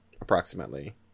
approximately